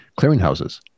clearinghouses